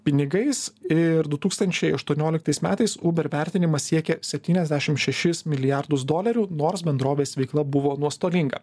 pinigais ir du tūkstančiai aštuonioliktais metais uber vertinimas siekė septyniasdešim šešis milijardus dolerių nors bendrovės veikla buvo nuostolinga